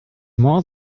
more